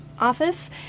office